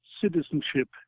citizenship